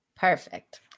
Perfect